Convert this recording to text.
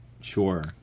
Sure